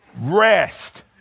Rest